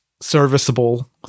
serviceable